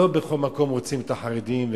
שלא בכל מקום רוצים את החרדים.